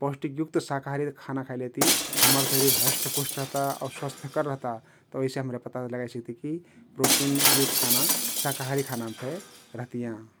पौष्टिकयुक्त साकाहारी खाना खेलेति हम्मर शरिर हृष्टपुष्ट रहता आउ स्वस्थकर रहता तउ अइसे पता लगाइ सक्ती कि प्रोटीनयुक्त खाना साकाहारी खानाम फे रहतियाँ ।